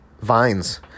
vines